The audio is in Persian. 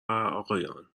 آقایان